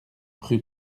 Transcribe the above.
rue